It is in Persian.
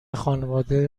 خانواده